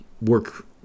work